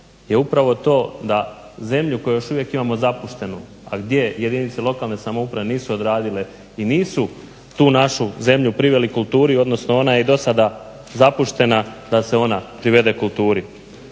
je upravo to da zemlju koju još uvijek imamo zapuštenu, a gdje jedinice lokalne samouprave nisu odradile i nisu tu našu zemlju priveli kulturi, odnosno ona je i do sada zapuštena da se ona privede kulturi.